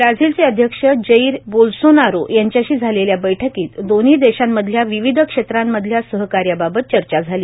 ब्राझीलचे अध्यक्ष Jair Bolsonaro यांच्याशी झालेल्या बैठकीत दोन्ही देशांमधल्या विविध क्षेत्रांमधल्या सहकार्याबाबत चर्चा झाली